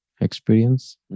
Experience